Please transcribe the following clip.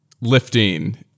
lifting